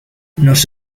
nos